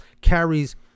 carries